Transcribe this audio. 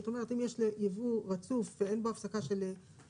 זאת אומרת אם יש ייבוא רצוף ואין בו הפסקה של שנתיים,